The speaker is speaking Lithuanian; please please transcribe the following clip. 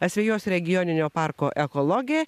asvejos regioninio parko ekologė